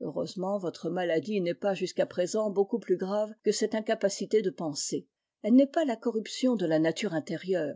heureusement votre maladie n'est pas jusqu'à présent beaucoup plus grave que cette incapacité de penser elle n'est pas la corruption de la nature intérieure